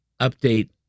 update